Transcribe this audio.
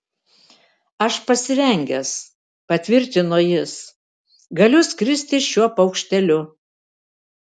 aš pasirengęs patvirtino jis galiu skristi šiuo paukšteliu